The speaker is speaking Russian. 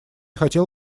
хотел